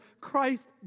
Christ